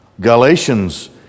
Galatians